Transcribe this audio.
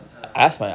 ah